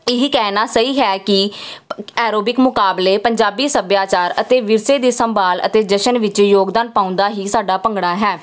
ਇਹ ਹੀ ਕਹਿਣਾ ਸਹੀ ਹੈ ਕਿ ਭੰ ਐਰੋਬਿਕ ਮੁਕਾਬਲੇ ਪੰਜਾਬੀ ਸੱਭਿਆਚਾਰ ਅਤੇ ਵਿਰਸੇ ਦੀ ਸੰਭਾਲ ਅਤੇ ਜਸ਼ਨ ਵਿੱਚ ਯੋਗਦਾਨ ਪਾਉਂਦਾ ਹੀ ਸਾਡਾ ਭੰਗੜਾ ਹੈ